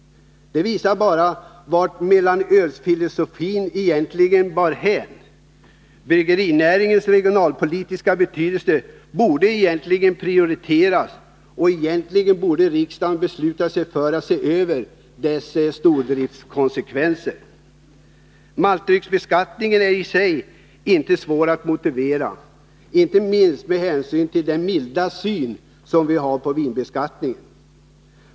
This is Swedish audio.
Det visar bara vart mellanölsfilosofin bar hän. Bryggerinäringens regionalpolitiska betydelse borde prioriteras, och egentligen borde riksdagen besluta sig för att se över konsekvenserna av bryggerinäringens stordrift. Maltdrycksbeskattningen är i sig inte svår att motivera, särskilt inte med hänsyn till vår syn på vinbeskattningen, som är mycket mild.